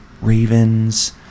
Ravens